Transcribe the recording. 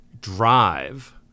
drive